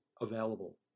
available